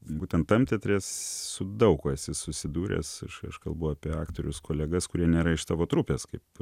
būtent tam teatre su daug kuo esi susidūręs kai aš kalbu apie aktorius kolegas kurie nėra iš tavo trupės kaip